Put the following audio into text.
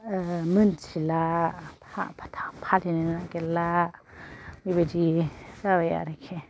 मोनथिला फालिनो नागिरला बेबादि जाबाय आरोखि